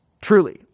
Truly